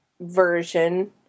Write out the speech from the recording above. version